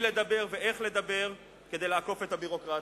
לדבר ואיך לדבר כדי לעקוף את הביורוקרטיה.